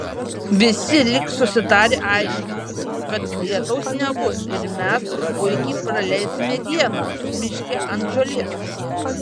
visi lyg susitarę aiškina kad lietaus nebus ir mes puikiai praleisime dieną miške ant žolės